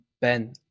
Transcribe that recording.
Ben